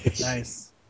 Nice